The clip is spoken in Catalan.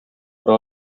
però